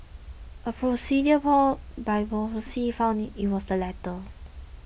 a procedure called biopsy found it was the latter